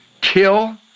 Kill